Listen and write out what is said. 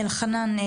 אלחנן,